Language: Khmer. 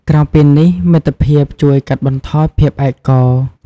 ក្រៅពីនេះ មិត្តភាពជួយកាត់បន្ថយភាពឯកោ។